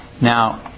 Now